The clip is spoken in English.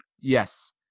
Yes